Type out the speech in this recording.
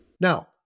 Now